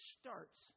starts